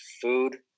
food